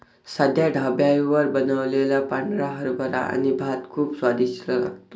साध्या ढाब्यावर बनवलेला पांढरा हरभरा आणि भात खूप स्वादिष्ट लागतो